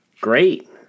Great